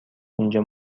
اینجا